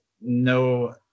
no